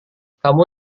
kamu